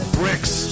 bricks